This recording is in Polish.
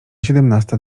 siedemnasta